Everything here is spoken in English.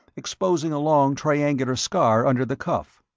exposing a long, triangular scar under the cuff.